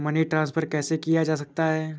Money transfer कैसे किया जा सकता है?